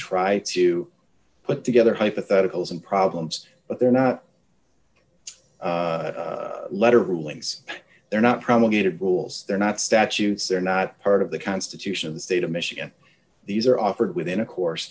try to put together hypotheticals and problems but they're not letter rulings they're not promulgated rules they're not statutes they're not part of the constitution of the state of michigan these are offered within a course